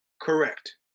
Correct